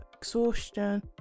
exhaustion